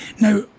Now